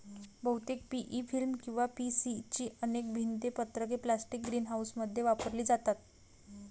बहुतेक PE film किंवा PC ची अनेक भिंत पत्रके प्लास्टिक ग्रीनहाऊसमध्ये वापरली जातात